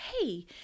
hey